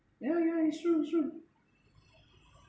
yeah yeah it's true it's true